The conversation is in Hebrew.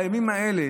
בימים האלה,